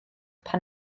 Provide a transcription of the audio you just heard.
pan